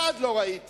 אחד לא ראיתי.